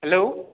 hello